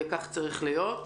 וכך צריך להיות.